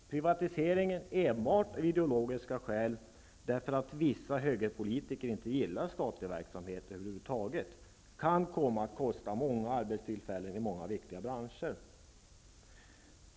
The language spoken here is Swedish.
Privatisering av enbart ideologiska skäl därför att vissa högerpolitiker inte gillar statlig verksamhet över huvud taget kan komma att kosta många arbetstillfällen i många viktiga branscher.